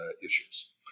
issues